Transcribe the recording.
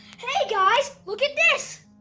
hey guys, look at this!